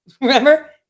remember